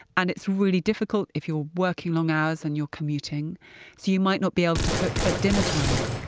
and it's really difficult if you're working long hours and you're commuting, so you might not be able to cook at dinner time.